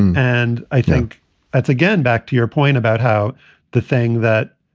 and i think that's again, back to your point about how the thing that